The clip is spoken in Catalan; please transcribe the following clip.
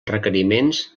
requeriments